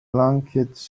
lunkheads